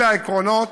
אלה העקרונות